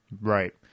Right